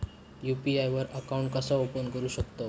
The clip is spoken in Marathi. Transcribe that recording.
यू.पी.आय वर अकाउंट कसा ओपन करू शकतव?